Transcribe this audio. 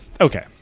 okay